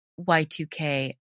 Y2K